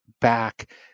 back